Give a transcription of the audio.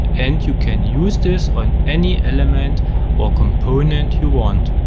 and you can use this on any element or component you want.